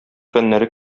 фәннәре